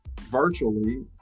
virtually